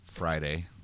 Friday